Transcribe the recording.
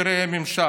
לא של בכירי הממשל.